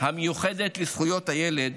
המיוחדת לזכויות הילד,